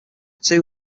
two